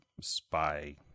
spy